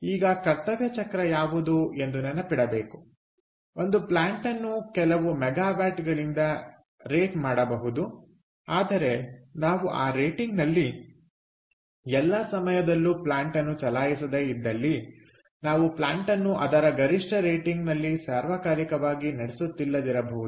ಈಗ ಕರ್ತವ್ಯ ಚಕ್ರ ಯಾವುದು ಎಂದು ನೆನಪಿಡಬೇಕು ಒಂದು ಪ್ಲಾಂಟನ್ನು ಕೆಲವು ಮೆಗಾವ್ಯಾಟ್ಗಳಿಂದ ರೇಟ್ ಮಾಡಬಹುದು ಆದರೆ ನಾವು ಆ ರೇಟಿಂಗ್ ನಲ್ಲಿ ಎಲ್ಲಾ ಸಮಯದಲ್ಲೂ ಪ್ಲಾಂಟನ್ನು ಚಲಾಯಿಸದೇ ಇದ್ದಲ್ಲಿ ನಾವು ಪ್ಲಾಂಟನ್ನು ಅದರ ಗರಿಷ್ಠ ರೇಟಿಂಗ್ನಲ್ಲಿ ಸಾರ್ವಕಾಲಿಕವಾಗಿ ನಡೆಸುತ್ತಿಲ್ಲದಿರಬಹುದು